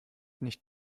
nicht